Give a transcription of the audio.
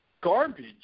garbage